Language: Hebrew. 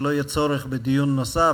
אני מניח: שלא יהיה צורך בדיון נוסף,